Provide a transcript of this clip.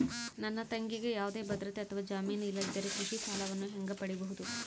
ನನ್ನ ತಂಗಿಗೆ ಯಾವುದೇ ಭದ್ರತೆ ಅಥವಾ ಜಾಮೇನು ಇಲ್ಲದಿದ್ದರೆ ಕೃಷಿ ಸಾಲವನ್ನು ಹೆಂಗ ಪಡಿಬಹುದು?